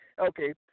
Okay